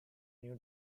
new